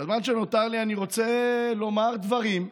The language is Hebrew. בזמן שנותר לי אני רוצה לומר דברים,